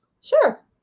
Sure